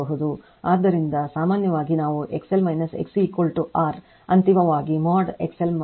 ಆದ್ದರಿಂದ ಸಾಮಾನ್ಯವಾಗಿ ನಾವುXL XC R ಅಂತಿಮವಾಗಿ mod XL mod XC ವಾಸ್ತವವಾಗಿ R